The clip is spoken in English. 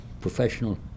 professional